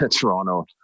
Toronto